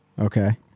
Okay